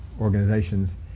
organizations